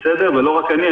ולא רק אני,